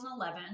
2011